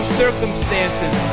circumstances